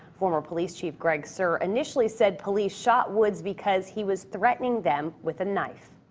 former police chief greg suhr initially said police shot woods because he was threatening them with a knife.